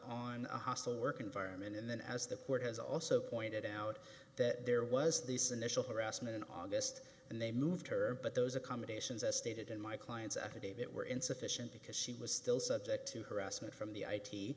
on a hostile work environment and then as the court has also pointed out that there was this initial harassment in august and they moved her but those accommodations as stated in my client's affidavit were insufficient because she was still subject to harassment from the i